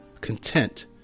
content